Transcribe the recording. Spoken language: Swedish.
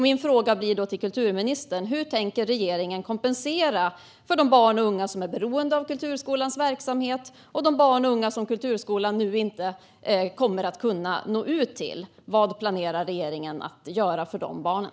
Min fråga till kulturministern blir hur regeringen tänker kompensera de barn och unga som är beroende av Kulturskolans verksamhet och de barn och unga som Kulturskolan nu inte kommer att kunna nå ut till. Vad planerar regeringen att göra för de barnen?